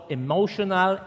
emotional